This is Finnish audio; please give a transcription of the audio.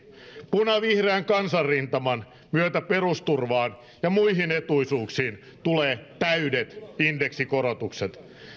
punavihreän kansanrintaman myötä perusturvaan ja muihin etuisuuksiin tulee täydet indeksikorotukset